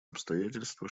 обстоятельство